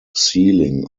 ceiling